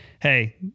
hey